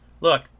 Look